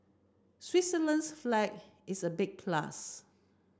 Switzerland's flag is a big plus